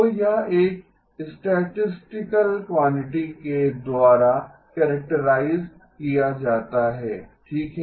तो यह एक स्टैटिस्टिकल क्वांटिटी के द्वारा कैरक्टराइज़ किया जाता है ठीक है